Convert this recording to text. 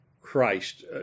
Christ